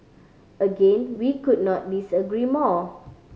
again we could not disagree more